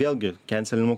vėlgi kencelinimo